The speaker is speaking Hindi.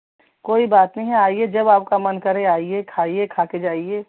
कोई बात नहीं है आइए जब आपका मन करें आईए खाईए खा के जाईए